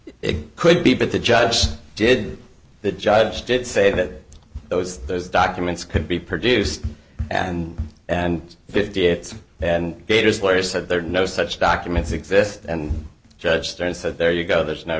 it could be but the judge did the judge did say that those those documents could be produced and and fifty it's and gaiters lawyers said there are no such documents exist and judge stern so there you go there's no